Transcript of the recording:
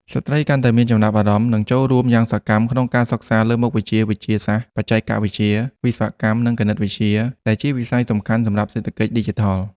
ស្ត្រីកាន់តែមានចំណាប់អារម្មណ៍និងចូលរួមយ៉ាងសកម្មក្នុងការសិក្សាលើមុខវិជ្ជាវិទ្យាសាស្ត្រ បច្ចេកវិទ្យា វិស្វកម្ម និងគណិតវិទ្យា ដែលជាវិស័យសំខាន់សម្រាប់សេដ្ឋកិច្ចឌីជីថល។